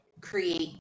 create